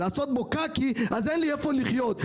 לעשות בו קקי אז אין לי איפה לחיות.